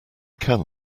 can